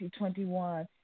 2021